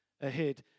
ahead